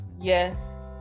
yes